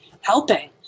helping